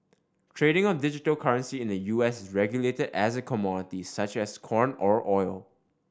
trading of digital currency in the U S is regulated as a commodity such as corn or oil